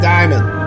Diamond